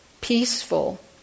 peaceful